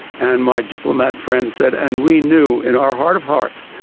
and my diplomat friend said and we knew in our heart of hearts,